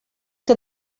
que